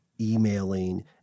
emailing